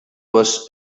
was